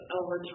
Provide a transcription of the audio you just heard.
over